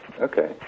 Okay